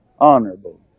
honorable